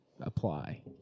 apply